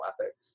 ethics